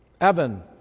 Evan